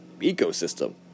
ecosystem